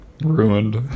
Ruined